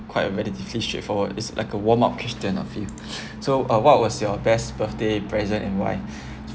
quite a relatively straightforward is like a warm up question ah I feel so uh what was your best birthday present and why